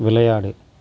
விளையாடு